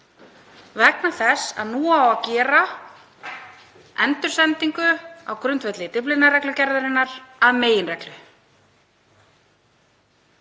vegna þess að nú á að gera endursendingu á grundvelli Dyflinnarreglugerðarinnar að meginreglu.